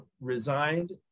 resigned